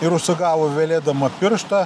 ir užsigavo velėdama pirštą